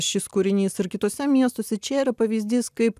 šis kūrinys ir kituose miestuose čia yra pavyzdys kaip